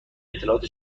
اطلاعات